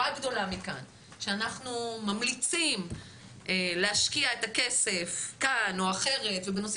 גדולה מכאן שאנחנו ממליצים להשקיע את הכסף כאן או אחרת ובנושאים